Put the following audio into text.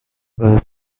برای